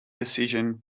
decision